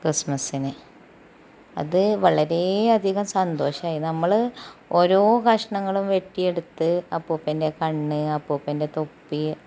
ക്രിസ്മസിന് അത് വളരെ അധികം സന്തോഷായി നമ്മള് ഓരോ കഷണങ്ങളും വെട്ടിയെടുത്ത് അപ്പൂപ്പൻ്റെ കണ്ണ് അപ്പൂപ്പൻ്റെ തൊപ്പി